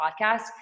podcast